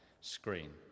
screen